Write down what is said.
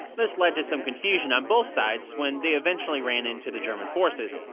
this led to some confusion on both sides when they eventually ran into the german forces.